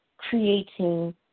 creating